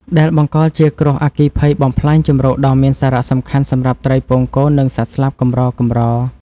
ដែលបង្កជាគ្រោះអគ្គិភ័យបំផ្លាញជម្រកដ៏មានសារៈសំខាន់សម្រាប់ត្រីពងកូន និងសត្វស្លាបកម្រៗ។